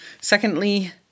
Secondly